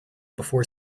before